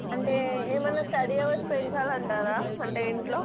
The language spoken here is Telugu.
అంటే ఏమన్న స్టడీ అవర్స్ పెంచాలంటారా అంటే ఇంట్లో